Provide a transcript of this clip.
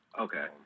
Okay